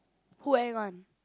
who act one